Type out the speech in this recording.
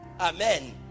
Amen